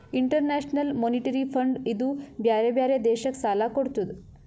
international monetary fund ಇದೂ ಬ್ಯಾರೆ ಬ್ಯಾರೆ ದೇಶಕ್ ಸಾಲಾ ಕೊಡ್ತುದ್